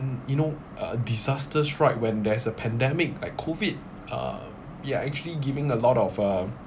mm you know a disaster strike when there's a pandemic like COVID uh we are actually giving a lot of uh